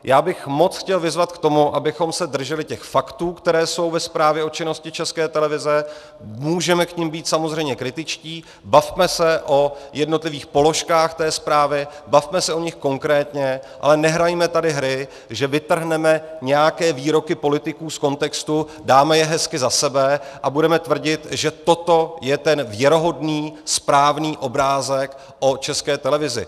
Já bych moc chtěl vyzvat k tomu, abychom se drželi faktů, které jsou ve zprávě o činnosti České televize, můžeme k nim být samozřejmě kritičtí, bavme se o jednotlivých položkách té zprávy, bavme se o nich konkrétně, ale nehrajme tady hry, že vytrhneme nějaké výroky politiků z kontextu, dáme je hezky za sebe a budeme tvrdit, že toto je ten věrohodný, správný obrázek o České televizi.